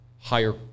higher